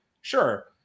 Sure